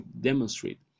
demonstrate